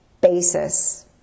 basis